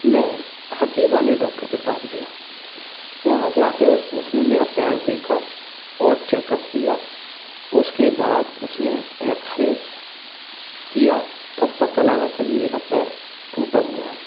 मैं हड्डी वाले डॉक्टर के पास गया वहाँ जा के उस ने मेरा पैर देखा और चैकअप किया उस के बाद उस ने एक्स रे किया तब पता लगा के मेरा पैर टूटा हुआ है